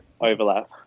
overlap